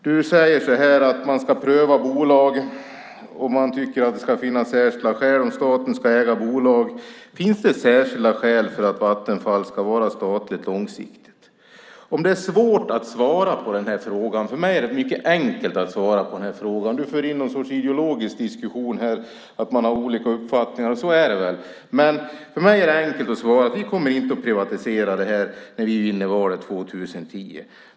Du säger att man ska pröva bolag och att ni tycker att det ska finnas särskilda skäl för att staten ska äga bolag. Finns det särskilda skäl för att Vattenfall långsiktigt ska vara statligt? Är det svårt att svara på den här frågan? För mig är det mycket enkelt att svara på den. Näringsministern för in någon sorts ideologisk diskussion om att man har olika uppfattningar. Så är det väl, men för mig är det enkelt att svara att vi inte kommer att privatisera när vi vinner valet 2010.